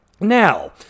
Now